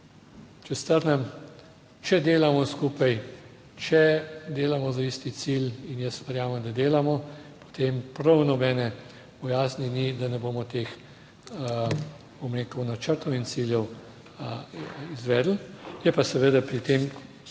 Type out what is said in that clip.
če strnem, če delamo skupaj, če delamo za isti cilj in jaz verjamem, da delamo, potem prav nobene bojazni ni, da ne bomo teh, bom rekel, načrtov in ciljev izvedli. Je pa seveda pri tem